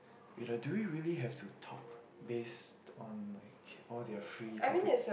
wait ah do we really have to talk based on like all their free topic